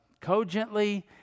cogently